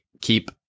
keep